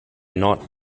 not